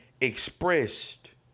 expressed